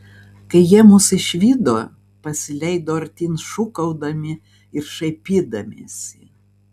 kai jie mus išvydo pasileido artyn šūkaudami ir šaipydamiesi